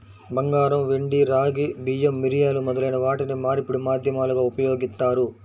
బంగారం, వెండి, రాగి, బియ్యం, మిరియాలు మొదలైన వాటిని మార్పిడి మాధ్యమాలుగా ఉపయోగిత్తారు